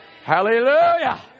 Hallelujah